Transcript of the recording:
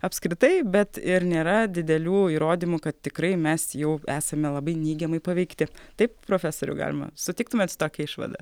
apskritai bet ir nėra didelių įrodymų kad tikrai mes jau esame labai neigiamai paveikti taip profesoriau galima sutiktumėte su tokia išvada